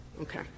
Okay